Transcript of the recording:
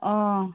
অঁ